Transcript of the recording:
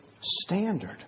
standard